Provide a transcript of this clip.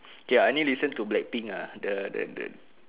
K I only listen to Blackpink ah the the the